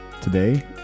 today